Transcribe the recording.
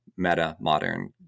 meta-modern